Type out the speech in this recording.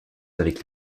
avec